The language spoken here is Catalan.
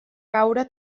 caure